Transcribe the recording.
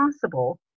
possible